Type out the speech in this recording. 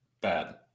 Bad